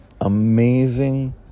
amazing